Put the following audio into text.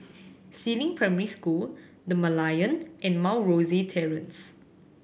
Si Ling Primary School The Merlion and Mount Rosie Terrace